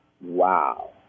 Wow